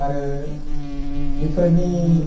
आरो बेफोरनि